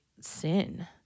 sin